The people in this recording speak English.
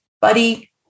buddy